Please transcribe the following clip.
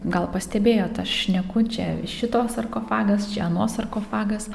gal pastebėjot aš šneku čia šito sarkofagas čia ano sarkofagas